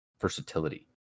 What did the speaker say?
Versatility